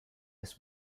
his